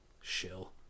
shill